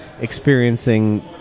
experiencing